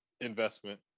investment